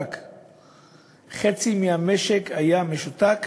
חצי מהמשק היה משותק.